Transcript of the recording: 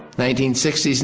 nineteen sixty s and